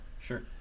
Sure